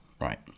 right